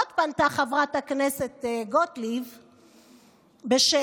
עוד פנתה חברת הכנסת גוטליב בשאלה,